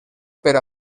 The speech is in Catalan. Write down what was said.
per